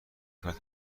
فرد